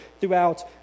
throughout